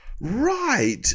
Right